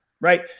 right